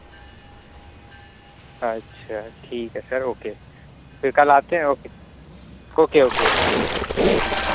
اچھا ٹھیک ہے سر اوکے پھر کل آتے ہیں اوکے اوکے اوکے